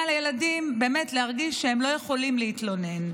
לילדים להרגיש שהם לא באמת יכולים להתלונן.